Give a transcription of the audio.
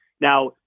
Now